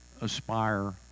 aspire